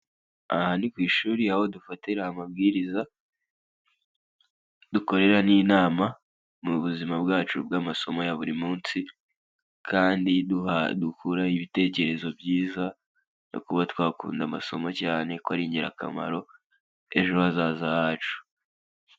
Aha ni ku ishuri aho dufatira amabwiriza, dukorera n'inama mu buzima bwacu bw'amasomo ya buri munsi, kandi dukura ibitekerezo byiza, no kuba twakunda amasomo, cyane ko ari ingirakamaro ejo hazaza hacu.